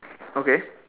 okay